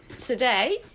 today